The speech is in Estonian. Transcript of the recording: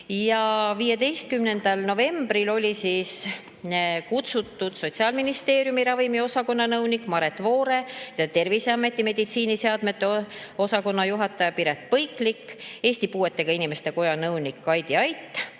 15. novembril olid kutsutud Sotsiaalministeeriumi ravimiosakonna nõunik Maret Voore ja Terviseameti meditsiiniseadmete osakonna juhataja Piret Põiklik, Eesti Puuetega Inimeste Koja nõunik Gaidi Alt,